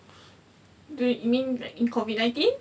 do you mean during COVID nineteen